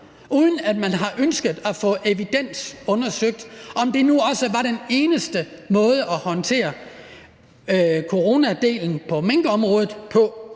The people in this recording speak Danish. uden at man har ønsket at få det evidensbaseret, altså undersøgt, om det nu også var den eneste måde at håndtere coronadelen på minkområdet på.